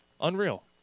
Unreal